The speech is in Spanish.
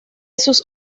sus